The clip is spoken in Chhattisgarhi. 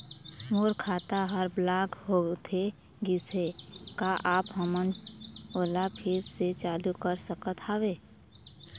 मोर खाता हर ब्लॉक होथे गिस हे, का आप हमन ओला फिर से चालू कर सकत हावे?